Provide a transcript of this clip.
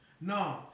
No